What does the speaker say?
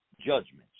judgments